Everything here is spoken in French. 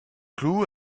clous